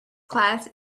class